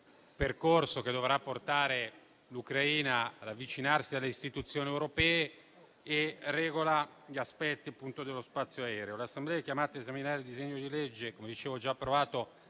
percorso che dovrà portare l'Ucraina ad avvicinarsi alle istituzioni europee e regola gli aspetti dello spazio aereo. L'Assemblea è chiamata a esaminare il disegno di legge, già approvato